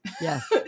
Yes